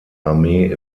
armee